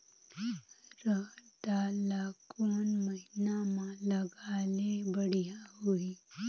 रहर दाल ला कोन महीना म लगाले बढ़िया होही?